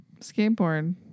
skateboard